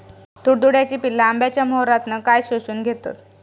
तुडतुड्याची पिल्ला आंब्याच्या मोहरातना काय शोशून घेतत?